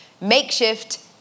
makeshift